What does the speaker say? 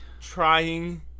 Trying